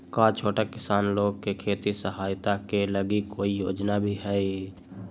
का छोटा किसान लोग के खेती सहायता के लगी कोई योजना भी हई?